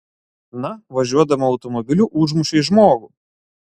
na važiuodama automobiliu užmušei žmogų